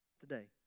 today